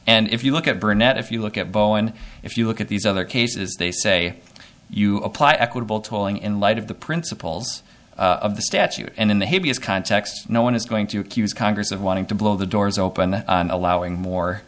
and if you look at burnett if you look at bowen if you look at these other cases they say you apply equitable tolling in light of the principles of the statute and in the hideous context no one is going to accuse congress of wanting to blow the doors open allowing more